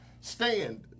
Stand